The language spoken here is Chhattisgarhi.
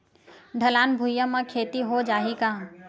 ढलान भुइयां म खेती हो जाही का?